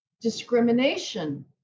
discrimination